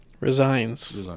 resigns